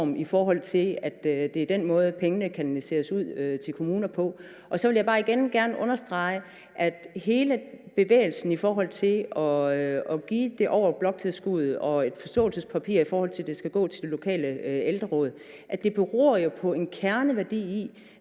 i forhold til at det er den måde, pengene kanaliseres ud til kommuner på. Så vil jeg bare igen gerne understrege, at hele bevægelsen i forhold til at give det over bloktilskuddet og et forståelsespapir, i forhold til at det skal gå til de lokale ældreråd, beror jo på en kerneværdi i,